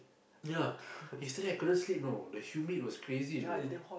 ya yesterday I couldn't sleep know the humid was crazy bro